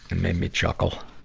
and made me chuckle.